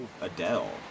Adele